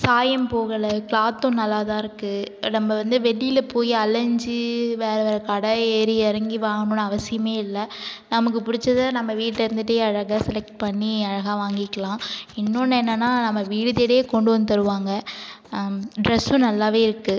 சாயம் போகலை கிளாத்தும் நல்லாதான் இருக்கு நம்ப வந்து வெளியில போய் அலைஞ்சி வேறு வேறு கடை ஏறி இறங்கி வாங்குனுன்னு அவசியமே இல்லை நமக்கு பிடிச்சத நம்ப வீட்லருந்துட்டே அழகாக செலக்ட் பண்ணி அழகா வாங்கிக்கலாம் இன்னொன்று என்னானா நம்ப வீடு தேடியே கொண்டு வந்து தருவாங்க ட்ரெஸ்சும் நல்லாவே இருக்கு